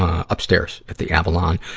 upstairs at the avalon,